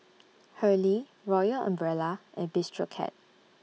Hurley Royal Umbrella and Bistro Cat